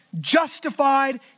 justified